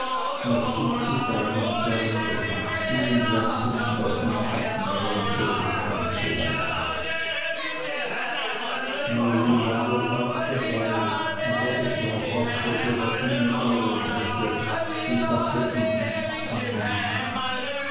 was umzufahren sei was man stehen lassen was abmähen solle usw uli war wohl auch dabei aber es war fast als ob er keine ohren hätte die sache ihn nichts anginge